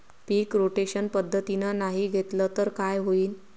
पीक rotation पद्धतीनं नाही घेतलं तर काय होईन?